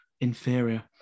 inferior